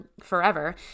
forever